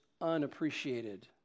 unappreciated